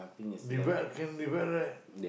devel can devel right